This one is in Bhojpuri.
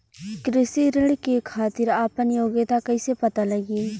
कृषि ऋण के खातिर आपन योग्यता कईसे पता लगी?